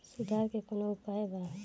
सुधार के कौनोउपाय वा?